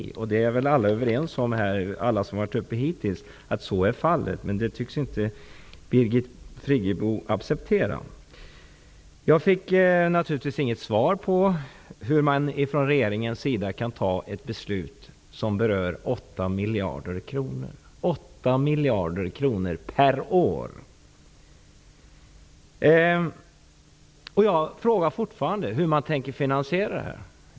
Alla som hittills varit uppe i debatten är väl överens om att så är fallet, men det tycks inte Birgit Jag fick naturligvis inget svar på hur regeringen kan fatta ett beslut som berör 8 miljarder kronor per år. Jag frågar fortfarande hur man tänker finansiera detta.